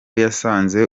yasanze